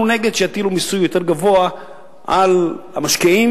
נגד הטלת מיסוי יותר גבוה על המשקיעים,